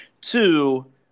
Two